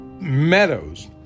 Meadows